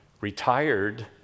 retired